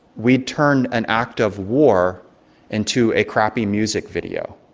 we turned an act of war into a crappy music video.